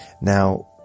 Now